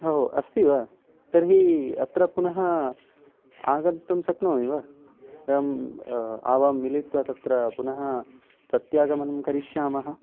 ओ अस्ति वा तर्हि अत्र पुनः आगन्तुं शक्नोमि वा एवम् आवां मिलित्वा तत्र पुनः प्रत्यागमनं करिष्यामः